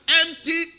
empty